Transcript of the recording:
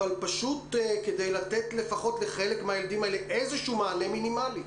אבל לפחות לתת לילדים האלה איזה מענה מינימאלי.